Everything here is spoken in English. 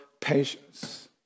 patience